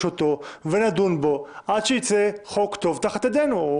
אותו ונדון בו עד שייצא חוק טוב תחת ידינו.